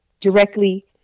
directly